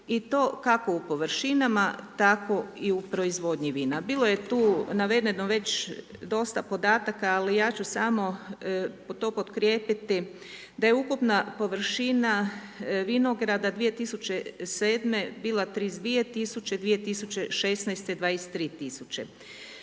i to kako u površinama, tako i u proizvodnji vina. Bilo je tu navedeno već dosta podataka, ali ja ću samo to pokrijepiti da je ukupna površina vinograda 2007. bila 32000 2016. 23000.